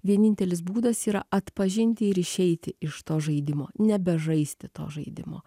vienintelis būdas yra atpažinti ir išeiti iš to žaidimo nebežaisti to žaidimo